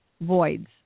voids